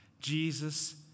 Jesus